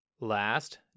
Last